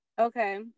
Okay